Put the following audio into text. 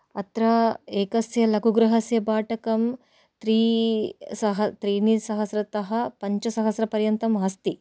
अत्र एकस्य लघुगृहस्य भाटकं त्रि सह त्रीणि सहस्रतः पञ्चसहस्रपर्यन्तं अस्ति